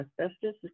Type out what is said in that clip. asbestos